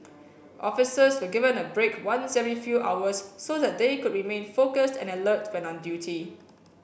officers were given a break once every few hours so that they could remain focused and alert when on duty